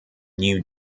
new